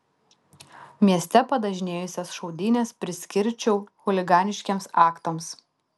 mieste padažnėjusias šaudynes priskirčiau chuliganiškiems aktams